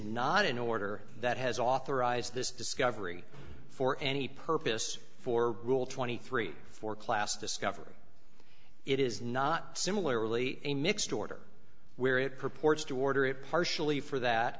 not an order that has authorized this discovery for any purpose for rule twenty three dollars for class discovery it is not similarly a mixed order where it purports to order it partially for that